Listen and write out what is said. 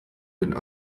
den